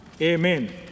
Amen